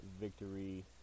victory